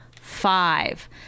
five